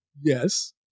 Yes